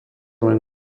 len